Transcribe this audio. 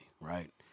right